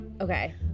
Okay